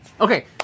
Okay